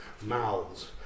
mouths